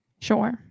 Sure